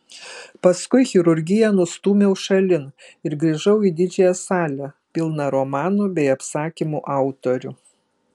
paskui chirurgiją nustūmiau šalin ir grįžau į didžiąją salę pilną romanų bei apsakymų autorių